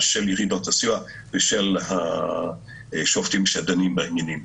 של יחידות הסיוע ושל השופטים שדנים בעניינים.